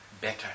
better